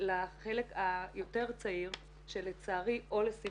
אחרי 26 שנים בתחום ביטחון מאוד מאוד